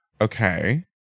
Okay